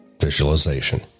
Visualization